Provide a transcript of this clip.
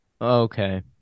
Okay